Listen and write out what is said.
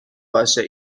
باشه